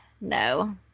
No